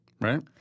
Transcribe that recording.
Right